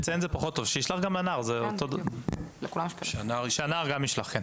לציין שזה פחות טוב שהנער גם ישלח.